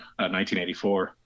1984